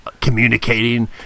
communicating